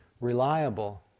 reliable